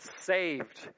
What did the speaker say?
saved